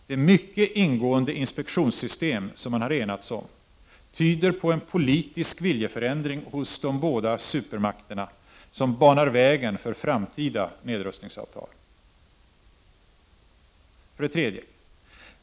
Det mycket ingående inspektionssystem man enats om tyder på en politisk viljeförändring hos de båda supermakterna som banar vägen för framtida nedrustningsavtal. 3.